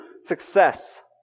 success